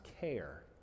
care